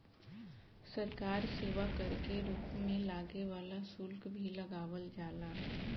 सरकार सेवा कर के रूप में लागे वाला शुल्क भी लगावल जाला